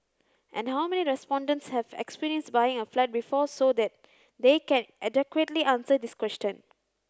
and how many respondents have experience buying a flat before so that they can adequately answer this question